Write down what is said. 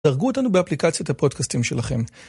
דרגו אותנו באפליקציית הפודקסטים שלכם.